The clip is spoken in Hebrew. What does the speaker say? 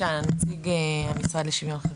נציג המשרד לשוויון חברתי,